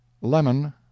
lemon